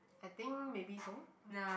I think maybe so